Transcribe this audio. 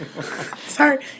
Sorry